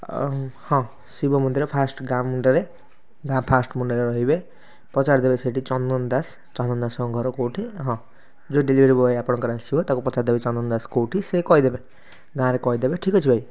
ଆଉ ହଁ ଶିବ ମନ୍ଦିର ଫାର୍ଷ୍ଟ୍ ଗାଁ ମୁଣ୍ଡରେ ଗାଁ ଫାର୍ଷ୍ଟ୍ ମୁଣ୍ଡରେ ରହିବେ ପଚାରି ଦେବେ ସେଠି ଚନ୍ଦନ ଦାସ ଚନ୍ଦନ ଦାସଙ୍କ ଘର କେଉଁଠି ହଁ ଯେଉଁ ଡେଲିଭରୀ ବୟ ଆପଣଙ୍କର ଆସିବ ତାକୁ ପଚାରି ଦେବେ ଚନ୍ଦନ ଦାସ କେଉଁଠି ସେ କହିଦେବେ ଗାଁରେ କହିଦେବେ ଠିକ୍ ଅଛି ଭାଇ